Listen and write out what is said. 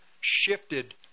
shifted